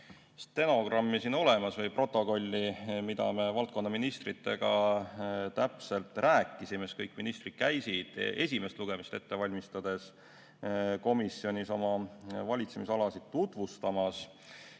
stenogrammi või protokolli, [et näeks,] mida me valdkonnaministritega täpselt rääkisime. Kõik ministrid käisid esimest lugemist ette valmistades komisjonis oma valitsemisalasid tutvustamas.